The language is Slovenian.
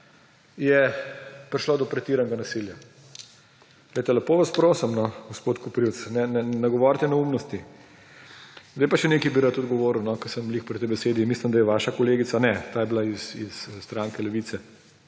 je prišlo do pretiranega nasilja. Poglejte, lepo vas prosim, gospod Koprivc, ne govorite neumnosti. Zdaj pa še na nekaj bi rad odgovoril, ko sem ravno pri besedi. Mislim, da je vaša kolegica, ne, ta je bila iz stranke Levica,